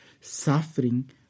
suffering